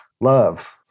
love